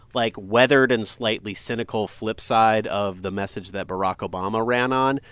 like, weathered and slightly cynical flip side of the message that barack obama ran on.